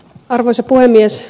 arvoisa puhemies